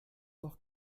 doch